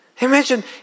Imagine